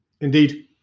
Indeed